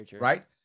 Right